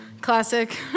Classic